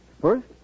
First